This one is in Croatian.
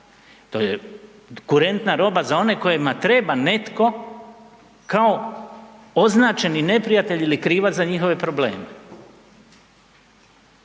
To je kurentna roba za one kojima treba netko kao označeni neprijatelj ili krivac za njihove probleme.